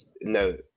no